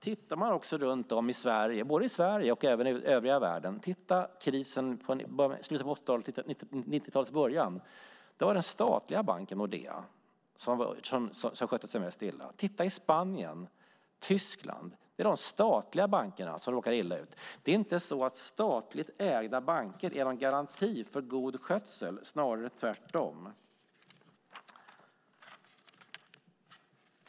Tittar man runt om i Sverige och även i övriga världen på krisen i slutet av 80-talet och 90-talets början ser man att det var den statliga banken Nordea som skötte sig mest illa. Titta i Spanien och Tyskland - där är det de statliga bankerna som råkar illa ut. Det är inte så att statligt ägande av banker är någon garanti för god skötsel - snarare tvärtom.